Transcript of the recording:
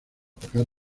pagar